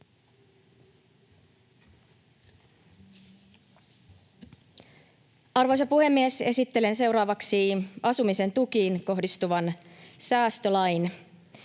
Arvoisa puhemies! Esittelen seuraavaksi asumisen tukiin kohdistuvan säästölain.